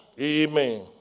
Amen